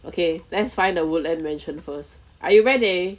okay let's find the woodland mansion first are you ready